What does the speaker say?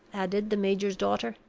added the major's daughter.